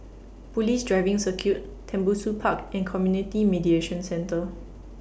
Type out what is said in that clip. Police Driving Circuit Tembusu Park and Community Mediation Centre